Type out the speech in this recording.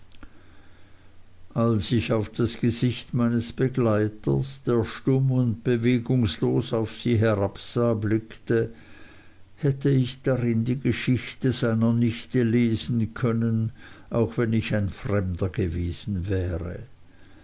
als ich auf das gesicht meines begleiters das stumm und bewegunglos auf sie herabsah blickte hätte ich darin die geschichte seiner nichte lesen können auch wenn ich ein fremder gewesen wäre